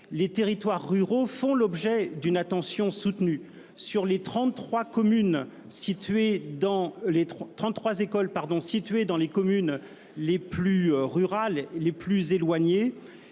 les territoires ruraux font l'objet d'une attention soutenue. Sur les 33 écoles situées dans les communes les plus rurales, les plus éloignées,